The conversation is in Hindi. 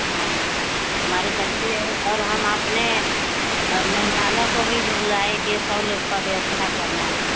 हाँ हमारे बच्चे और हम अपने मेहमानों को भी बुलाएंगे सौ लोग का व्यवस्था करना है